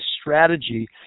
strategy